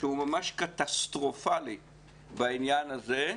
שהוא ממש קטסטרופלי בעניין הזה,